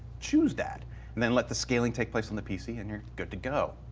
choose that and then let the scaling take place on the pc and you're good to go.